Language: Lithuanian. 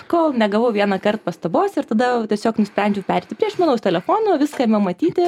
kol negavau vienąkart pastabos ir tada tiesiog nusprendžiau pereiti prie išmanaus telefono viską jame matyti